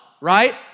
right